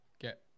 get